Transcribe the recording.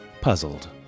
puzzled